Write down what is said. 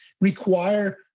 require